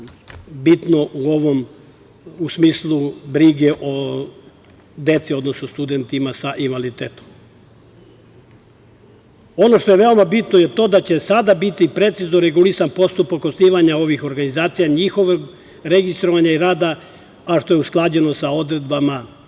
bitno u smislu brige o deci, odnosno studentima sa invaliditetom. Ono što je veoma bitno je to da će sada biti precizno regulisan postupak osnivanja ovih organizacija, njihovog registrovanja i rada, a što je usklađeno sa odredbama